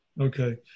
Okay